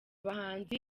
bahanzi